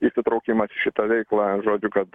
įtraukimas į šitą veiklą žodžiu kad